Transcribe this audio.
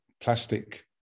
plastic